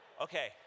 Okay